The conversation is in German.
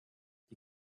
die